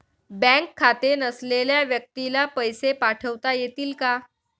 Bank खाते नसलेल्या व्यक्तीला पैसे पाठवता येतील का?